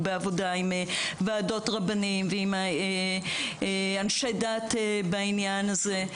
הרבה עבודה עם ועדות רבנים ועם אנשי דת בעניין הזה.